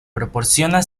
proporciona